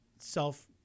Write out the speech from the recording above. Self